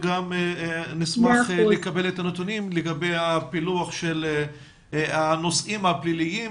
נשמח לקבל את הנתונים לגבי הפילוח של הנושאים הפליליים,